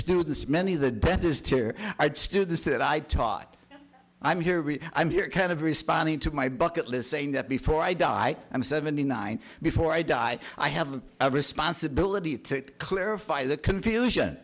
students many of the dentist here students that i taught i'm here i'm here kind of responding to my bucket list saying that before i die i'm seventy nine before i die i have a responsibility to clarify the confusion